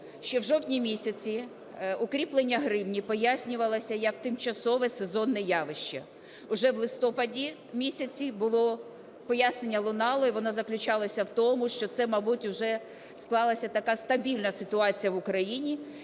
ще в жовтні місяці укріплення гривні пояснювалося як тимчасове сезонне явище. Уже в листопаді місяці пояснення лунало, і воно заключалося в тому, що це, мабуть, уже склалася така стабільна ситуація в Україні,